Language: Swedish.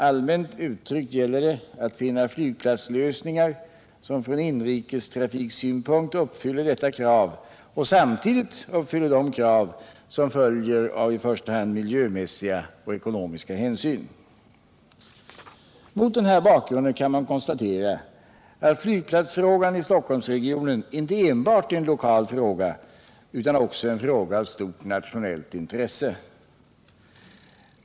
Allmänt uttryckt gäller det att finna flygplatslösningar som från inrikestrafiksynpunkt uppfyller detta krav och samtidigt uppfyller de krav som följer av främst miljömässiga och ekonomiska hänsyn. Mot den här bakgrunden kan man konstatera att flygplatsfrågan i Stockholmsregionen inte enbart är en lokal fråga utan också en fråga av stort nationellt intresse.